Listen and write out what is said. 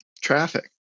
traffic